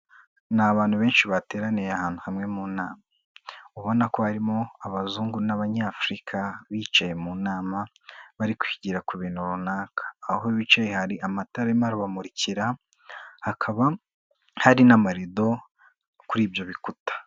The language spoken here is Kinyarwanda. Ni abantu benshi bateraniye ahantu hamwe mu nama, ubona ko harimo abazungu n'Abanyafurika bicaye mu nama, bari kwigira ku bintu runaka, aho bicaye hari amatarama arimo arabamurikira, hakaba hari n'amarido kuri ibyo bikuta.